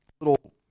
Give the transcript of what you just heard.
little